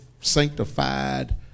Sanctified